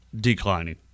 declining